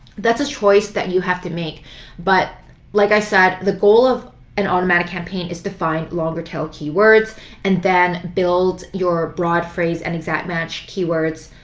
that's a choice you have to make but like i said, the goal of an automatic campaign is to find longer tail keywords and then build your broad, phrase and exact match keywords